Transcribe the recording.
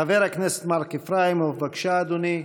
חבר הכנסת מרק איפראימוב, בבקשה, אדוני.